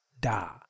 DA